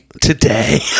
today